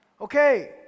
Okay